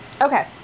Okay